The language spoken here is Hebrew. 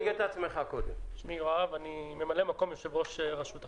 אני ממלא מקום יושב-ראש רשות החשמל.